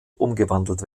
umgewandelt